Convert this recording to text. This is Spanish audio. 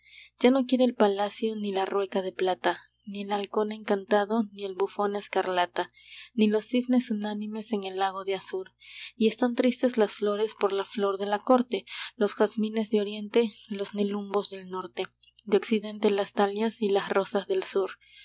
ya no quiere el palacio ni la rueca de plata ni el halcón encantado ni el bufón escarlata ni los cisnes unánimes en el lago de azur y están tristes las flores por la flor de la corte los jazmines de oriente los nelumbos del norte de occidente las dalias y las rosas del sur